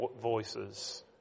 voices